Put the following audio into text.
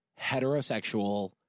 heterosexual